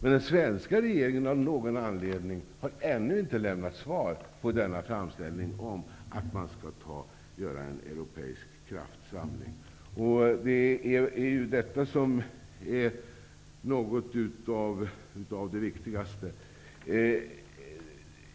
Men den svenska regeringen har av någon anledning ännu inte lämnat svar på denna framställning om att man skall göra en europeisk kraftsamling. Det är något av de viktigaste.